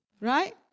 Right